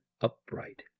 upright